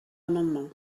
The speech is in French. amendement